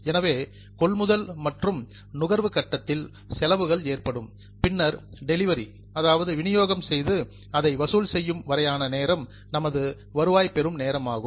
எனவே கொள்முதல் மற்றும் கன்சம்சன் நுகர்வு கட்டத்தில் செலவுகள் ஏற்படும் பின்னர் டெலிவரி விநியோகம் செய்து அதை கலெக்ஷன் வசூல் செய்யும் வரையான நேரம் நமது ரெவன்நியூ வருவாய் பெரும் நேரம் என்பதாகும்